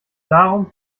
darum